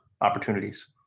opportunities